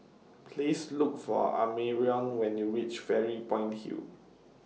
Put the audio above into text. Please Look For Amarion when YOU REACH Fairy Point Hill